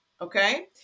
Okay